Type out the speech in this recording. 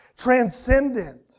transcendent